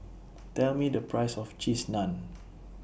Tell Me The Price of Cheese Naan